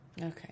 Okay